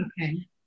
Okay